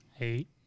Eight